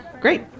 Great